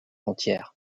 entière